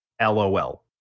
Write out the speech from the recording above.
LOL